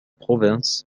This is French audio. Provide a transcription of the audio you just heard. province